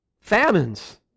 Famines